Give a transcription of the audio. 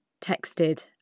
texted